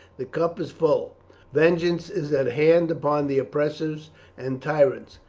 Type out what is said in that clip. the cup is full vengeance is at hand upon the oppressors and tyrants,